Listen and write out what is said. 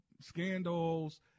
scandals